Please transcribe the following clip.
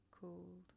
called